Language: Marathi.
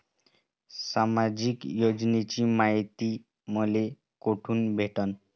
सामाजिक योजनेची मायती मले कोठून भेटनं?